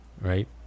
right